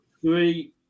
Three